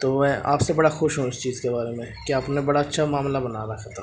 تو میں آپ سے بڑا خوش ہوں اس چیز کے بارے میں کہ آپ نے بڑا اچھا معاملہ بنا رکھا تھا